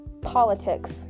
Politics